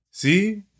See